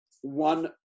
one